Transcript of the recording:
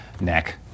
neck